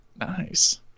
nice